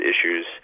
issues